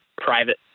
private